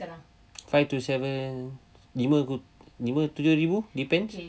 five to seven lima ke lima tujuh ribu depends